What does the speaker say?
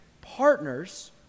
Partners